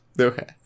Okay